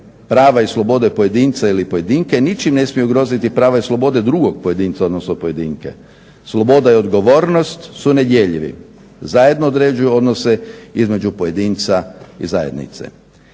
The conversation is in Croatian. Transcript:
Prava i slobode pojedinca ili pojedinke ničim ne smiju ugroziti prava i slobode drugog pojedinca, odnosno pojedinke. Sloboda i odgovornost su nedjeljivi, zajedno određuju odnose između pojedinca i zajednice.